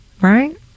right